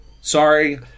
Sorry